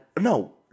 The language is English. no